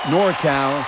NorCal